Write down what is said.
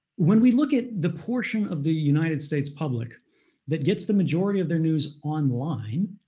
when we look at the portion of the united states public that gets the majority of their news online,